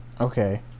Okay